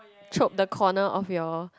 chalk the corner of your